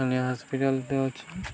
hospital ତେ ଅଛୁ